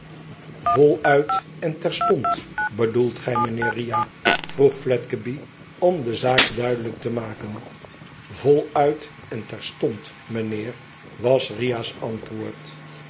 voluit en terstond bedoelt gij mijnheer riah vroeg fledgeby om de zaak duidelijk te maken voluit en terstond mijnheer was riah's antwoord